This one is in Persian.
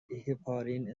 هپارین